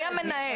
מי המנהל?